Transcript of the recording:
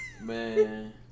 Man